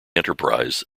enterprise